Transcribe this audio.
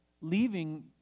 leaving